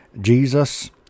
Jesus